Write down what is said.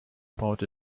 about